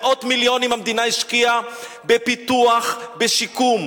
מאות מיליונים המדינה השקיעה בפיתוח, בשיקום.